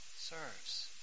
serves